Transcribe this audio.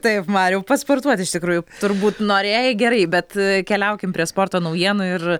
taip mariau pasportuot iš tikrųjų turbūt norėjai gerai bet keliaukim prie sporto nauijienų ir